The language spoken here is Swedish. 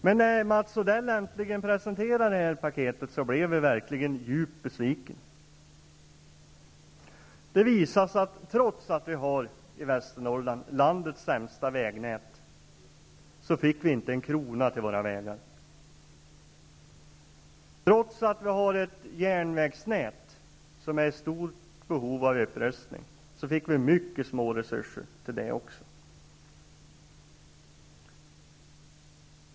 Men när Mats Odell äntligen presenterade det blev vi verkligen djupt besvikna. Trots att vi i Västernorrland har landets sämsta vägnät fick vi inte en krona till våra vägar. Trots att vi har ett järnvägsnät som är i stort behov av upprustning fick vi mycket små resurser till det också.